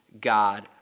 God